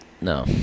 No